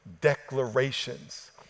declarations